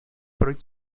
proč